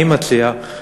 אני מציע,